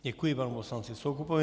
Děkuji panu poslanci Soukupovi.